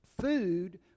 food